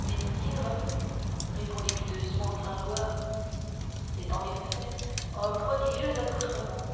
messire dit piteusement gringoire c'est en effet un prodigieux accoutrement